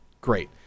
Great